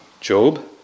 Job